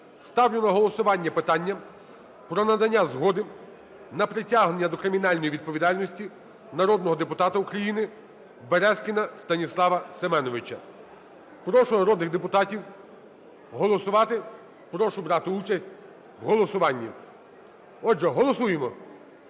ставлю на голосування питання про надання згоди на притягнення до кримінальної відповідальності народного депутата України Березкіна Станіслава Семеновича. Прошу народних депутатів голосувати. Прошу брати участь в голосуванні. Отже, голосуємо!